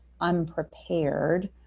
unprepared